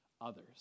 others